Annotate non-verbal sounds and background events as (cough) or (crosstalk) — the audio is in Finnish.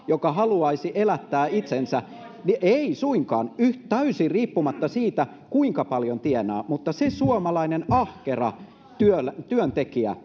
joka haluaisi elättää itsensä ei suinkaan ja täysin riippumatta siitä kuinka paljon tienaa mutta se suomalainen ahkera työntekijä (unintelligible)